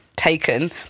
taken